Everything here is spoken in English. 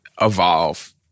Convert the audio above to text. evolve